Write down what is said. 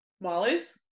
Molly's